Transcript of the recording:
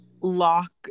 lock